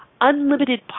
unlimited